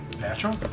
Natural